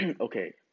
okay